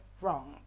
wrong